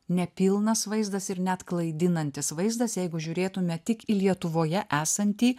nepilnas vaizdas ir net klaidinantis vaizdas jeigu žiūrėtume tik į lietuvoje esantį